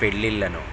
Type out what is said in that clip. పెళ్ళిళ్ళను